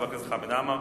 חבר הכנסת חמד עמאר,